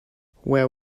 where